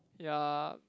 ya